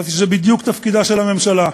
חשבתי שזה בדיוק תפקידה של הממשלה: